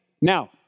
Now